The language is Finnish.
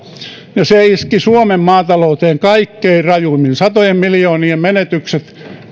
ja se iski suomen maatalouteen kaikkein rajuimmin satojen miljoonien menetykset